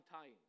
time